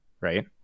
right